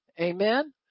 Amen